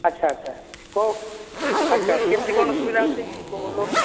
ଆଛା ଆଛା ହେଉ ଆଛା କେମିତି କ'ଣ ସୁବିଧା ଅଛି ଲୋନ